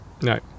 No